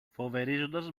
φοβερίζοντας